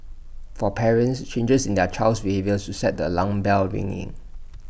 for parents changes in their child's behaviour should set the alarm bells ringing